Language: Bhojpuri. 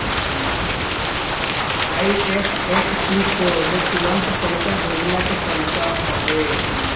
आई.एफ.एस.सी कोड तुरंत पईसा भेजला के तरीका हवे